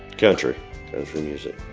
country music.